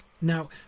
Now